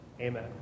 amen